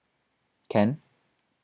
can